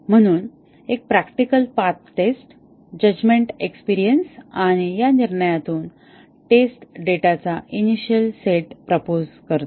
म्हणून एक practical path test judgment experience आणि या निर्णयातून टेस्ट डेटाचा इनिशिअल सेट प्रोपोझ करतो